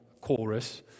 chorus